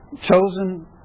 chosen